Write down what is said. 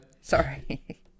Sorry